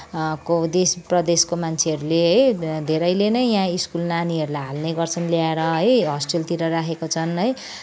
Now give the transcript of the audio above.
देश प्रदेशको मान्छेहरूले है धेरैले नै यहाँ स्कुल नानीहरूलाई हाल्ने गर्छन् ल्याएर है होस्टेलतिर राखेको छन् है